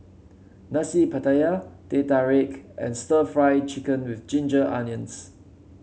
Nasi Pattaya Teh Tarik and stir Fry Chicken with Ginger Onions